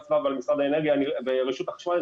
הסביבה ושל משרד האנרגיה ורשות החשמל,